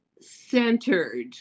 centered